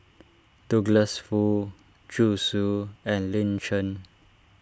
Douglas Foo Zhu Xu and Lin Chen